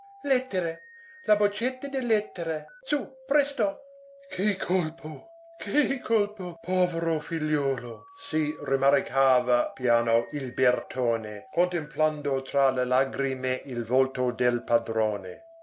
l'etere la boccetta dell'etere su presto che colpo che colpo povero figliuolo si rammaricava piano il bertone contemplando tra le lagrime il volto del padrone